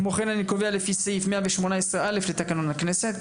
כמו כן אני קובע לפי סעיף 118א לתקנון הכנסת,